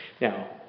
Now